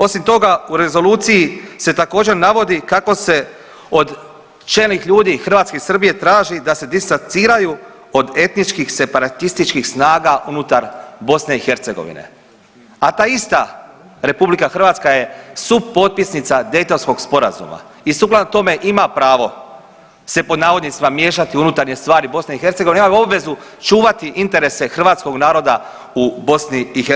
Osim toga u rezoluciji se također navodi kako se od čelnih ljudi Hrvatske i Srbije traži da se distanciraju od etničkih i separatističkih snaga unutar BiH, a ta ista RH je supotpisnica Daytonskog sporazuma i sukladno tome ima pravo se pod navodnicima miješati u unutarnje stvari BiH i ima obvezu čuvati interese hrvatskog naroda u BiH.